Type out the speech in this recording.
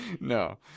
No